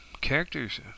characters